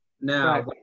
Now